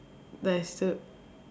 but I still